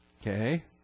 Okay